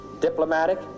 diplomatic